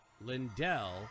Lindell